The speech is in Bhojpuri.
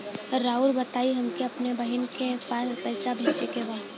राउर बताई हमके अपने बहिन के पैसा भेजे के बा?